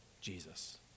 Jesus